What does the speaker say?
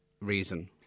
reason